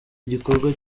igikorwa